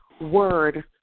Word